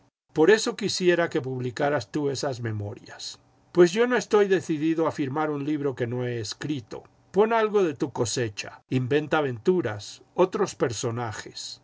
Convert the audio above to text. por eso quisiera que publicaras tú esas memorias pues yo no estoy decidido a firmar un libro qu no he escrito pon algo de tu cosecha inventa aventuras otros personajes